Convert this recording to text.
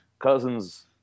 cousin's